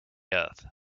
earth